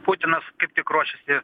putinas kaip tik ruošiasi